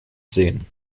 sehen